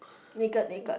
naked naked